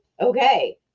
Okay